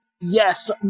yes